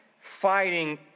fighting